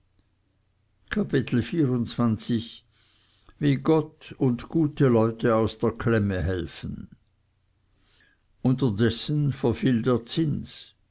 kapitel wie gott und gute leute aus der klemme helfen unterdessen verfiel der zins